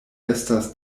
estas